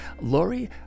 Lori